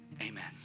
amen